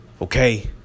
okay